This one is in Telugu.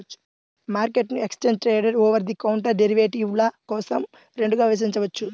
మార్కెట్ను exchange traded, over the counter డెరివేటివ్ల కోసం రెండుగా విభజించవచ్చు